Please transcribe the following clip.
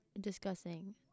discussing